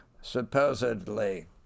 supposedly